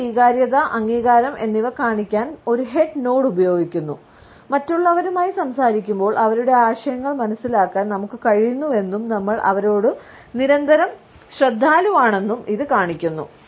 നമ്മൾ സ്വീകാര്യത അംഗീകാരം എന്നിവ കാണിക്കാൻ ഒരു ഹെഡ് നോഡ് ഉപയോഗിക്കുന്നു മറ്റുള്ളവരുമായി സംസാരിക്കുമ്പോൾ അവരുടെ ആശയങ്ങൾ മനസിലാക്കാൻ നമുക്ക് കഴിയുന്നുവെന്നും നമ്മൾ അവരോട് നിരന്തരം ശ്രദ്ധാലുവാണെന്നും ഇത് കാണിക്കുന്നു